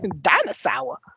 Dinosaur